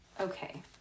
Okay